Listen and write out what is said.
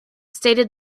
stated